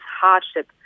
hardship